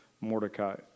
Mordecai